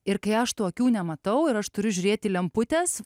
ir kai aš tų akių nematau ir aš turiu žiūrėt į lemputes